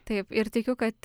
taip ir tikiu kad